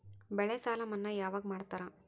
ಬೆಳೆ ಸಾಲ ಮನ್ನಾ ಯಾವಾಗ್ ಮಾಡ್ತಾರಾ?